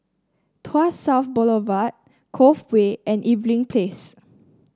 Tuas South Boulevard Cove Way and Irving Place